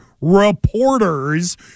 reporters